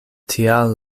tial